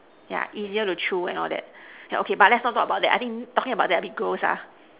yeah easier to chew and all that yeah okay but let's not talk about that I think talking about that a bit gross ah